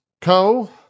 Co